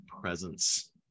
Presence